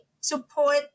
support